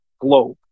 globe